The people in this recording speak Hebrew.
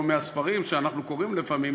הלוא מהספרים שאנחנו קוראים לפעמים,